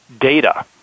data